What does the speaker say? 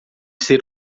ser